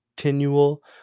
Continual